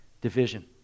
division